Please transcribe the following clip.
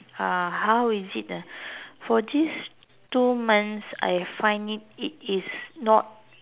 uh how is it ah for these two months I find it it is not